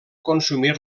consumir